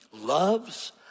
loves